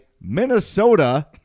minnesota